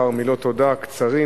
כמה מילות תודה קצרות.